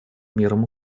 мерам